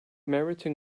meriton